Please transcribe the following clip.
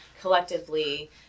collectively